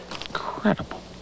Incredible